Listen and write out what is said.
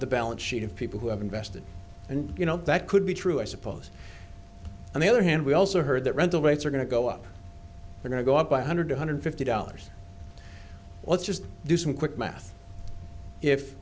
the balance sheet of people who have invested and you know that could be true i suppose on the other hand we also heard that rental rates are going to go up are going to go up by a hundred two hundred fifty dollars let's just do some quick math if